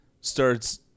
starts